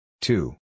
two